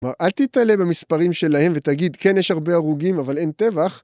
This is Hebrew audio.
‫כלומר, אל תיתלה במספרים שלהם ‫ותגיד, כן, יש הרבה הרוגים, אבל אין טבח.